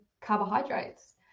carbohydrates